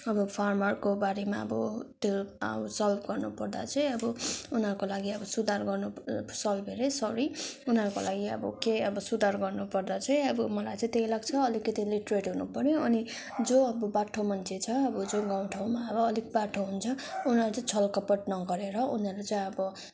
अब फार्मरको बारेमा अब त्यो अब सल्भ गर्नुपर्दा चाहिँ अब उनीहरूको लागि अब सुधार गर्नु सल्भ अरे सरी उनीहरूको लागि अब के अब सुधार गर्नु पर्दा चाहिँ अब मलाई चाहिँ त्यही लाग्छ अलिकति लिट्रेट हुनुपऱ्यो अनि जो अब बाठो मान्छे छ अब जो गाउँ ठाउँमा अलिक बाठो हुन्छ उनीहरूले चाहिँ छल कपट नगरेर उनीहरूलाई चाहिँ अब